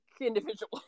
individual